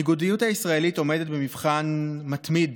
הניגודיות הישראלית עומדת במבחן מתמיד,